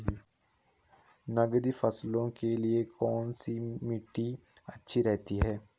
नकदी फसलों के लिए कौन सी मिट्टी अच्छी रहती है?